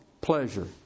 pleasure